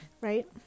right